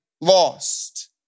lost